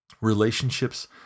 Relationships